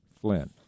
Flynn